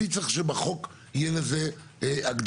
אני צריך שבחוק תהיה לזה הגדרה.